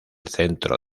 centro